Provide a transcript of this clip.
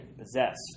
possessed